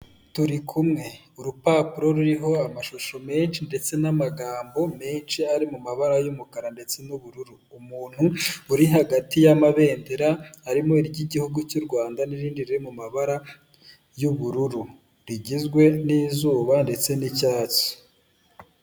Turi kumwe urupapuro ruriho amashusho menshi ndetse n'amagambo menshi ari mu mabara y'umukara ndetse n'ubururu, umuntu uri hagati y'amabendera harimo ry'igihugu cy'u Rwanda, n'iriindi riri mu mabara y'ubururu rigizwe n'izuba ndetse n'icyatsi.